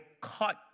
cut